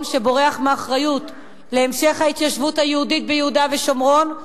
שבורח מאחריות להמשך ההתיישבות היהודית ביהודה ושומרון.